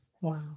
Wow